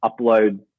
upload